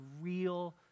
real